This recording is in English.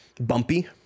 bumpy